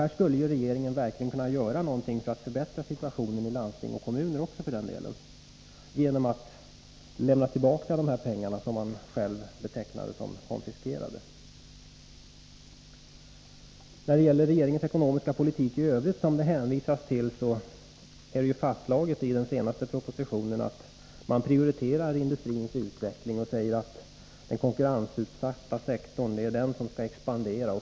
Här skulle regeringen verkligen kunna göra någonting för att förbättra situationen i landstingen, och även i kommunerna för den delen, genom att lämna tillbaka dessa pengar, som man själv betecknade som konfiskerade. Det hänvisas till regeringens ekonomiska politik i övrigt. Det är ju i den senaste propositionen fastslaget att man prioriterar industrins utveckling. Man säger att det är den konkurrensutsatta sektorn som skall expandera.